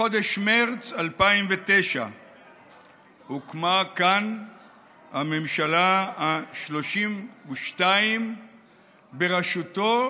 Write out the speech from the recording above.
בחודש מרץ 2009 הוקמה כאן הממשלה השלושים-ושתיים בראשותו